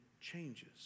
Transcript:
changes